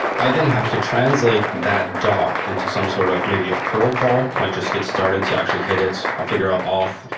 i then have to translate that doc into some sort of maybe a curl call, like just get started. i so actually hit it. i'll figure out auth.